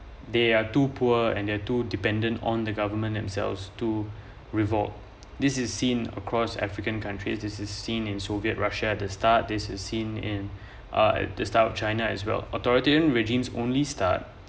they are too poor and are too dependent on the government themselves to revolt this is seen across african countries this is seen in soviet russia to start this is seen in a at the start of china is well authoritarian regimes only start